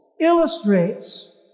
illustrates